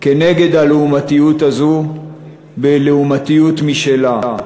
כנגד הלעומתיות הזו בלעומתיות משלה.